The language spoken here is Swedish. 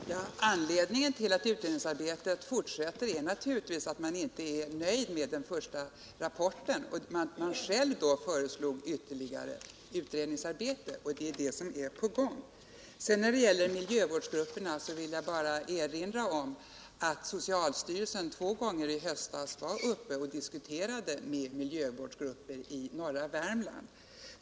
Herr talman! Anledningen till att utredningsarbetet fortsätter är naturligtvis att man inte är helt nöjd med den första rapporten. Man föreslog själv ett ytterligare utredningsarbete, och det är det som är i gång. När det gäller miljövårdsgrupperna vill jag bara erinra om att socialstyrelsen i höstas två gånger var uppe i norra Värmland och diskuterade med dessa grupper.